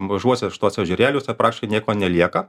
mažuose šituose ežerėliuose praktiškai nieko nelieka